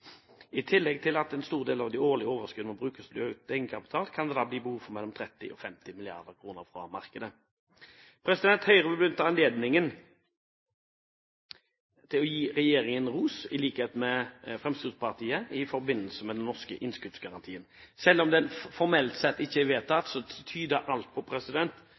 I tillegg til at en stor del av de årlige overskudd må brukes til økt egenkapital, kan det da bli behov for mellom 30 og 50 milliarder fra markedet.» Høyre vil, i likhet med Fremskrittspartiet, benytte anledningen til å gi regjeringen ros i forbindelse med den norske innskuddsgarantien. Selv om den formelt sett ikke er vedtatt, tyder alt på